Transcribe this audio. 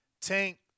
Tank